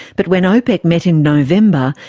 but when opec met in november,